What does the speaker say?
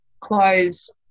clothes